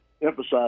emphasize